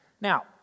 Now